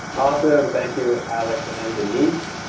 awesome. thank you. i like to end a nice.